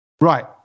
Right